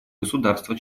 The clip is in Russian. государства